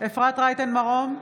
אפרת רייטן מרום,